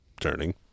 turning